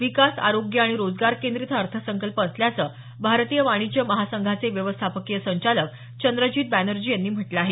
विकास आरोग्य आणि रोजगार केंद्रीत हा अर्थसंकल्प असल्याचं भारतीय वाणिज्य महासंघाचे व्यवस्थापकीय संचालक चंद्रजीत बॅनर्जी यांनी म्हटलं आहे